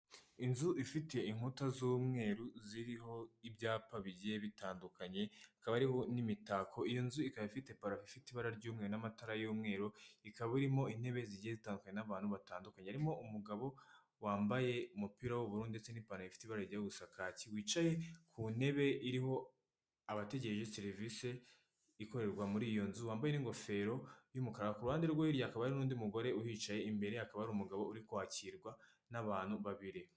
Inzu ifite inkuta z'umweru ziriho ibyapa bigiye bitandukanye ikaba ariho n'imitako iyo nzu ikaba ifite parafite ibara ry'umweru n'amatara y'umweru ikaba irimo intebe zigiye itanzwe n'abantu batandukanye harimo umugabo wambaye umupira w'uburu ndetse n'ipanelicti ibara ryo gusa wicaye ku ntebe iriho abategeye serivisi ikorerwa muri iyo nzu wambaye n' ingofero y'umukara ku ruhande rweriya akaba n'undi mugore uhicaye imbere akaba ari umugabo uri kwakirwa n'abantu babiri.